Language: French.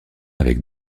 avec